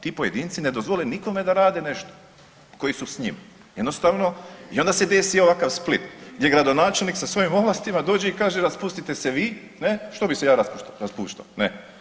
Ti pojedinci ne dozvole nikome da rade nešto, koji su s njima, jednostavno, i onda se desi ovakav Split, gdje gradonačelnik sa svojim ovlastima dođe i kaže raspustite se vi, ne, što bi se ja raspuštao, ne.